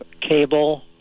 cable